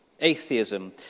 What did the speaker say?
Atheism